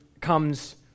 comes